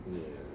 neh